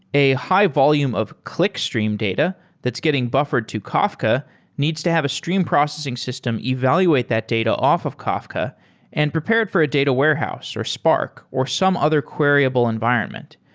a high-volume of click stream data that's getting buffered to kafka needs to have a stream processing system evaluate that data off of kafka and prepared for a data warehouse, or spark, or some other queryable environment.